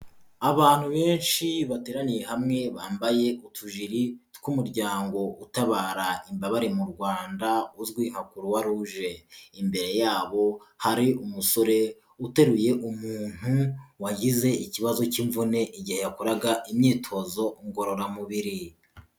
Abantu benshi bateraniye hamwe bambaye utujiri tw'umuryango utabara imbabare mu Rwanda uzwi nka Kuruwa ruje, imbere yabo hari umusore uteruye umuntu wagize ikibazo cy'imvune igihe yakoraga imyitozo ngororamubiri.